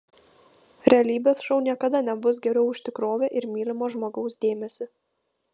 realybės šou niekada nebus geriau už tikrovę ir mylimo žmogaus dėmesį